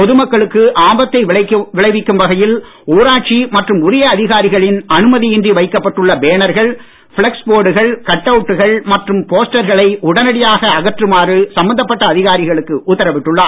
பொதுமக்களுக்கு ஆபத்தை விளைவிக்கும் வகையில் ஊராட்சி மற்றும் உரிய அதிகாரிகளின் அனுமதி இன்றி வைக்கப்பட்டுள்ள பேனர்கள் பிளக்ஸ் போர்டுகள் கட் அவுட்டுகள் மற்றும் போஸ்டர்களை உடனடியாக அகற்றுமாறு அவர் சம்பந்தப்பட்ட அதிகாரிகளுக்கு உத்தரவிட்டுள்ளார்